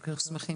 שמחים